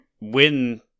win